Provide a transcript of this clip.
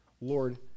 Lord